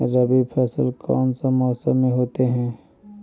रवि फसल कौन सा मौसम में होते हैं?